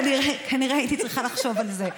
יש, כנראה הייתי צריכה לחשוב על זה.